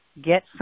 get